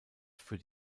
für